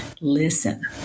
Listen